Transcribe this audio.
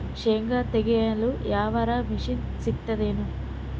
ಶೇಂಗಾ ತೆಗೆಯಲು ಯಾವರ ಮಷಿನ್ ಸಿಗತೆದೇನು?